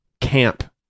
camp